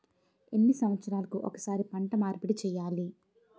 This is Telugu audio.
ఎన్ని సంవత్సరాలకి ఒక్కసారి పంట మార్పిడి చేయాలి?